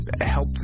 help